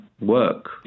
work